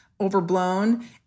overblown